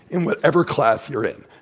in whatever class you're in.